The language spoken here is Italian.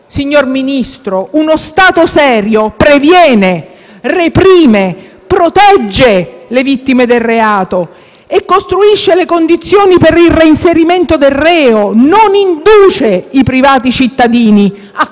signor Ministro, previene, reprime, protegge le vittime del reato e costruisce le condizioni per il reinserimento del reo; non induce i privati cittadini a